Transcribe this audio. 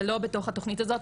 זה לא בתוך התכנית הזאת,